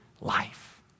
life